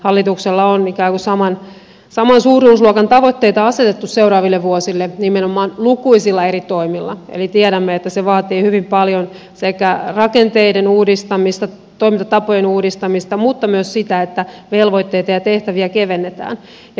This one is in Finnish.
hallituksella on saman suuruusluokan tavoitteita asetettu seuraaville vuosille nimenomaan lukuisilla eri toimilla eli tiedämme että se vaatii hyvin paljon sekä rakenteiden uudistamista toimintatapojen uudistamista että myös sitä että velvoitteita ja tehtäviä kevennetään